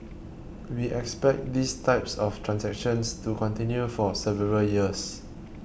we expect these types of transactions to continue for several years